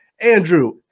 Andrew